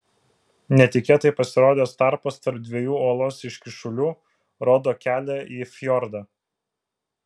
netikėtai pasirodęs tarpas tarp dviejų uolos iškyšulių rodo kelią į fjordą